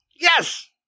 Yes